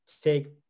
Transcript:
take